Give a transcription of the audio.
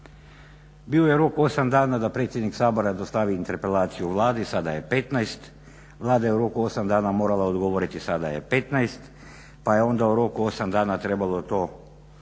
Bio je rok 8 dana da predsjednik Sabora dostavi interpelaciju Vladi, sada je 15. Vlada je u roku od 8 dana morala odgovoriti, sada je 15. Pa je onda u roku od 8 dana trebalo to podijeliti